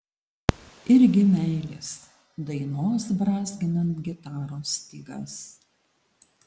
irgi meilės dainos brązginant gitaros stygas